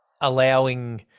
allowing